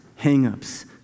hangups